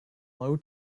low